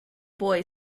buoy